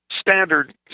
standard